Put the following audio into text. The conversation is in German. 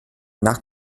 nach